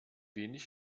wenig